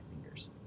fingers